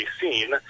seen